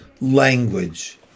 language